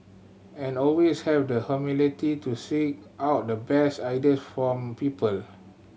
and always have the humility to seek out the best idea from people